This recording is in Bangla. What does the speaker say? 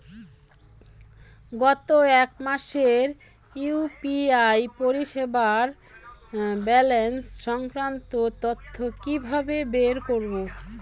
গত এক মাসের ইউ.পি.আই পরিষেবার ব্যালান্স সংক্রান্ত তথ্য কি কিভাবে বের করব?